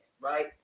right